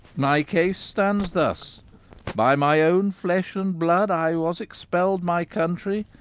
my case stands thus by my own flesh and blood i was expelled my country,